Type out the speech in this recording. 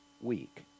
week